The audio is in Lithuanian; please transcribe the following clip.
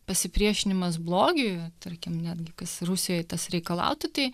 pasipriešinimas blogiui tarkim netgi kas rusijoj tas reikalautų tai